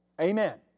Amen